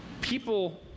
people